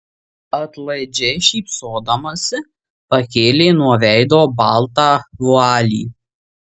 atlaidžiai šypsodamasi pakėlė nuo veido baltą vualį